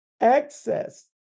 access